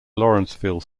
lawrenceville